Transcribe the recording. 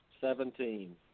Seventeen